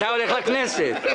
אתה הולך לכנסת ...